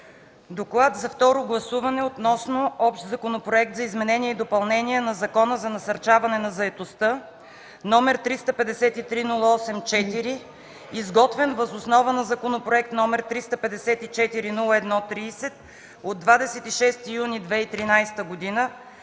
Доклад за второ гласуване относно Общ законопроект за изменение и допълнение на Закона за насърчаване на заетостта, № 353-08-4, изготвен въз основа на законопроект № 354-01-30 от 26 юни 2013 г.,